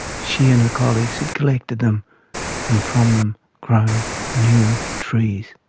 she and her colleagues had collected them and from them grown new trees.